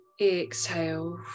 Exhale